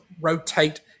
rotate